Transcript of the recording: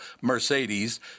Mercedes